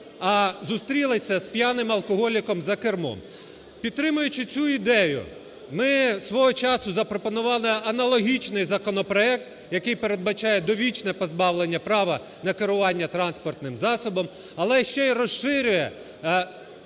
а зустрілися з п'яним алкоголіком за кермом. Підтримуючи цю ідею, ми свого часу запропонували аналогічний законопроект, який передбачає довічне позбавлення права на керування транспортним засобом, але ще й розширює